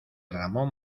ramón